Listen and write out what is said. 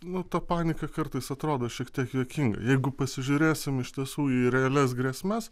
nu ta panika kartais atrodo šiek tiek juokinga jeigu pasižiūrėsim iš tiesų į realias grėsmes